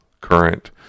current